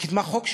וקידמה חוק שלו.